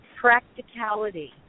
practicality